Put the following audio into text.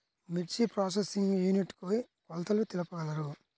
మిర్చి processing unit కి కొలతలు తెలుపగలరు?